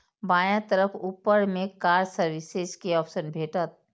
बायां तरफ ऊपर मे कार्ड सर्विसेज के ऑप्शन भेटत